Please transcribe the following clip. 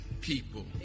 people